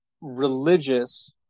religious